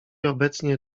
obecnie